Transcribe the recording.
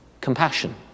compassion